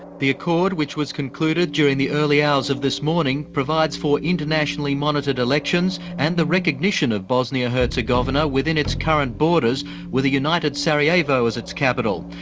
the accord, which was concluded during the early hours of this morning, provides for internationally monitored elections and the recognition of bosnia-herzegovina within its current borders with a united sarajevo as its capital.